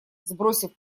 сбросив